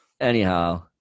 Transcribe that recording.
Anyhow